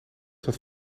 zat